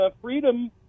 freedom